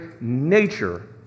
nature